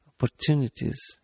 opportunities